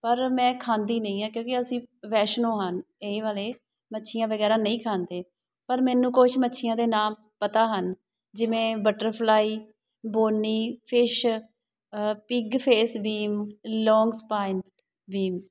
ਪਰ ਮੈਂ ਖਾਂਦੀ ਨਹੀਂ ਹਾਂ ਕਿਉਂਕਿ ਅਸੀਂ ਵੈਸ਼ਨੋ ਹਨ ਇਹ ਵਾਲੇ ਮੱਛੀਆਂ ਵਗੈਰਾ ਨਹੀਂ ਖਾਂਦੇ ਪਰ ਮੈਨੂੰ ਕੁਛ ਮੱਛੀਆਂ ਦੇ ਨਾਮ ਪਤਾ ਹਨ ਜਿਵੇਂ butterfly bony fish pig face bream long sponge beam